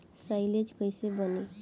Silage कईसे बनी?